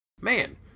man